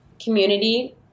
community